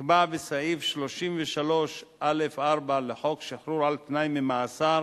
נקבע בסעיף 33(א)(4) לחוק שחרור על-תנאי ממאסר